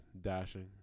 Dashing